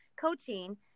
coaching